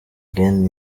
again